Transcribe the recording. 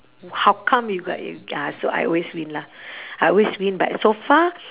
how come you got you ya so I always win lah I always win but so far